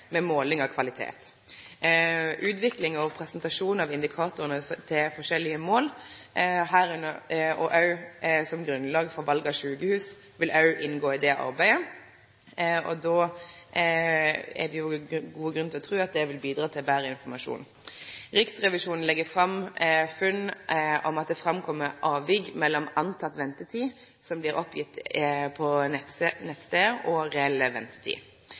med måling av kvalitet. Utvikling og presentasjon av indikatorane til ulike formål, òg som grunnlag for val av sjukehus, vil inngå i det arbeidet. Det er god grunn til å tru at det vil medverke til betre informasjon. Riksrevisjonen legg fram funn om at det skjer avvik mellom forventa ventetid som blir oppgjeven på nettstaden, og reell ventetid.